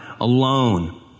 alone